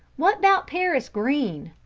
what about paris green?